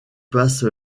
passe